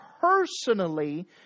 personally